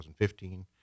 2015